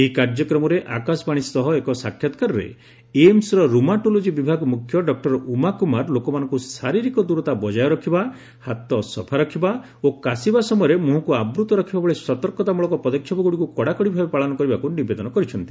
ଏହି କାର୍ଯ୍ୟକ୍ରମରେ ଆକାଶବାଣୀ ସହ ଏକ ସାକ୍ଷାତକାରରେ ଏମସ୍ର ର୍ୟମାଟୋଲୋଜି ବିଭାଗ ମୁଖ୍ୟ ଡକ୍ଟର ଉମା କୁମାର ଲୋକମାନଙ୍କୁ ଶାରୀରିକ ଦୂରତା ବଜାୟ ରଖିବା ହାତ ସଫା ରଖିବା ଓ କାଶିବା ସମୟରେ ମୁହଁକୁ ଆବୃତ ରଖିବା ଭଳି ସତର୍କତା ମୂଳକ ପଦକ୍ଷେପଗୁଡ଼ିକୁ କଡ଼ାକଡ଼ି ଭାବେ ପାଳନ କରିବାକୁ ନିବେଦନ କରିଛନ୍ତି